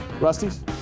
Rusty's